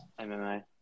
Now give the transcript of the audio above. MMA